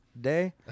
day